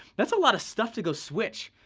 that's a lot of stuff to go switch.